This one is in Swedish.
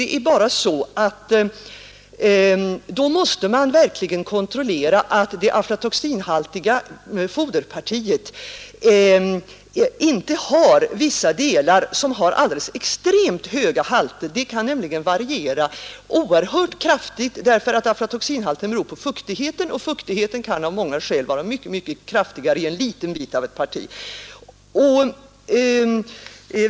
Det är bara så att då måste man verkligen kontrollera att det aflatoxinhaltiga foderpartiet inte har vissa delar som uppvisar alldeles extremt höga halter. Det kan nämligen variera oerhört kraftigt, därför att aflatoxinhalten beror på fuktigheten och den kan av många skäl vara mycket, mycket kraftigare i en liten del av ett parti.